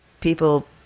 people